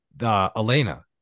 Elena